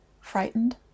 frightened